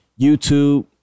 YouTube